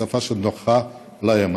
בשפה שנוחה להם.